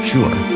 Sure